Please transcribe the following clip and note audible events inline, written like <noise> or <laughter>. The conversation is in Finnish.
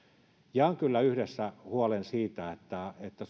jaan kyllä yhdessä huolen siitä että että <unintelligible>